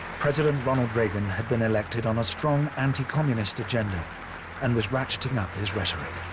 president ronald reagan had been elected on a strong anti-communist agenda and was ratcheting up his rhetoric.